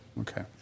Okay